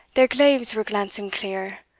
their glaives were glancing clear,